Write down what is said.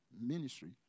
ministry